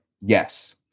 yes